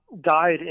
died